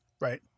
Right